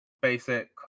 basic